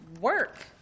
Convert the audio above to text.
work